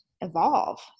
evolve